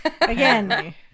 Again